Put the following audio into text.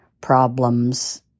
problems